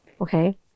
okay